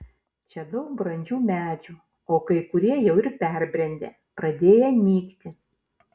čia daug brandžių medžių o kai kurie jau ir perbrendę pradėję nykti